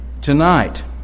Tonight